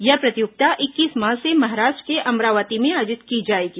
यह प्रतियोगिता इक्कीस मार्च से महाराष्ट्र के अमरावती में आयोजित की जाएगी